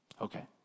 okay